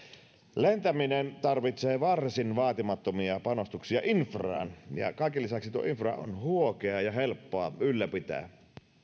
lentäminen tarvitsee varsin vaatimattomia panostuksia infraan ja kaiken lisäksi tuo infra on huokeaa ja helppoa ylläpitää